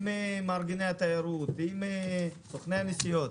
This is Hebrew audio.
עם מארגני התיירות, עם סוכני הנסיעות,